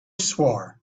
swore